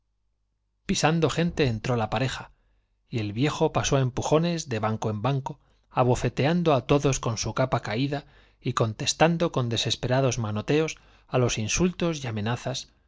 pisando gente entró la pareja y el viejo paso á empujones de banco en banco abofeteando á todos con su capa caída y contestando con desesperados manoteos á los insultos y amenazas